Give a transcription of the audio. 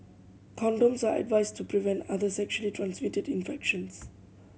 condoms are advised to prevent other sexually transmitted infections